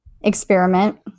experiment